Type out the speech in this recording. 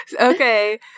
Okay